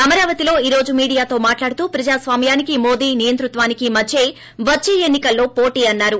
అమరావతిలో ఈ రోజు మీడియాతో మాట్లాడుతూ ప్రజాస్వామ్యానికి మోదీ నియంతృత్వానికి మధ్యే వచ్చే ఎన్ని కల్లో పోటీ అన్నారు